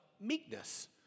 meekness